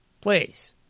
Please